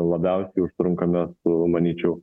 labiausiai užtrunkame manyčiau